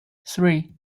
three